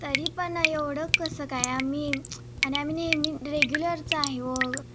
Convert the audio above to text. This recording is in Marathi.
तरी पण एवढं कसं काय आम्ही आणि आम्ही नेहमी रेग्युलरचं आहे व